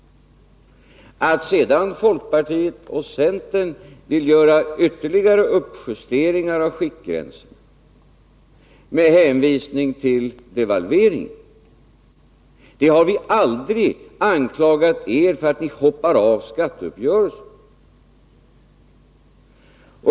Att sedan folkpartiet och centern vill göra ytterligare uppjusteringar av skiktgränsen med hänvisning till devalveringen har vi aldrig använt som orsak för att anklaga er för att ni hoppar av från skatteuppgörelsen.